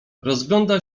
rozgląda